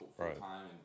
full-time